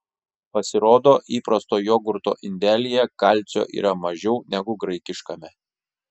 pasirodo įprasto jogurto indelyje kalcio yra mažiau negu graikiškame